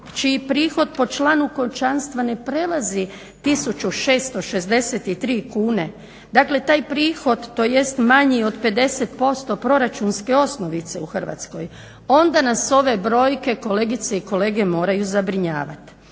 čiji prihod po članu kućanstva ne prelazi 1663 kune. Dakle, taj prihod tj. manji od 50% proračunske osnovice u Hrvatskoj. Onda nas ove brojke kolegice i kolege moraju zabrinjavati.